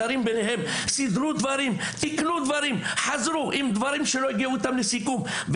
ביניהם היו מסדרים ומתקנים דברים שעליהם יש מחלוקת ואין סיכום.